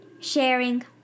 Sharing